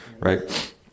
right